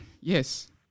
Yes